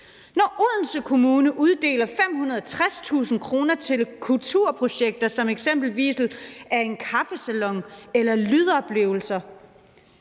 Når Odense Kommune uddeler 560.000 kr. til kulturprojekter som for eksempelvis en kaffesalon eller lydoplevelser